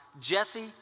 Jesse